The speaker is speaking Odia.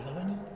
ହେଲାନା